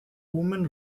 oomen